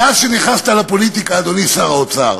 מאז נכנסת לפוליטיקה, אדוני שר האוצר,